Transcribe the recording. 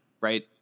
right